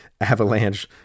Avalanche